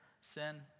sin